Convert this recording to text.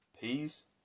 peas